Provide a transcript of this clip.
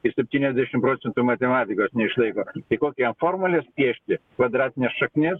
ir septyniasdešimt procentų matematikos neišlaiko tai kokią jam formules piešti kvadratinės šaknies